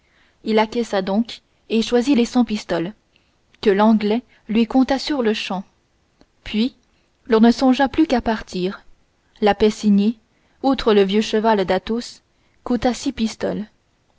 il acquiesça donc et choisit les cent pistoles que l'anglais lui compta surle-champ puis l'on ne songea plus qu'à partir la paix signée avec l'aubergiste outre le vieux cheval d'athos coûta six pistoles